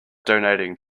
donating